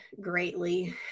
greatly